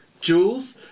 Jules